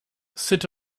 sit